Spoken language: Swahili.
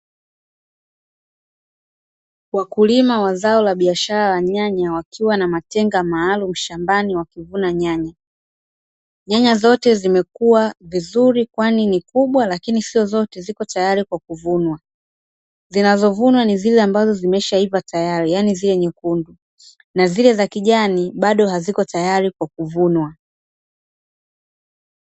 Wakulima wa zao la biashara la nyanya wakiwa na matenga maalumu shambani wakivuna nyanya. Nyanya zote zimekuwa vizuri kwani ni kubwa lakini sio zote ziko tayari kwa kuvunwa. Zinazovunwa ni zile ambazo zimeshaiva tayari yaani zile nyekundu, na zile za kijani bado haziko tayari kwa kuvunwa.